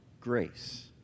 grace